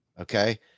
Okay